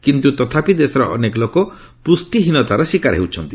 କିନ୍ତୁ ତଥାପି ଦେଶର ଅନେକ ଲୋକ ପୁଷ୍ଟିହୀନତାର ଶିକାର ହେଉଛନ୍ତି